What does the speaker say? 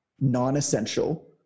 non-essential